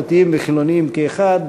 דתיים וחילונים כאחד,